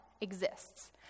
exists